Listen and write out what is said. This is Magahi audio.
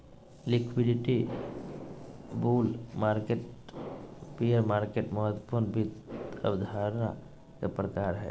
liquidity, bull market, bear market महत्वपूर्ण वित्त अवधारणा के प्रकार हय